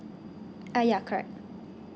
ah ya correct